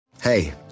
Hey